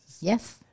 Yes